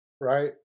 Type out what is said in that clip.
right